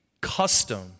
custom